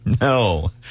No